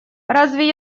разве